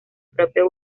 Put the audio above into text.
propio